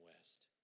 west